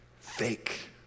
fake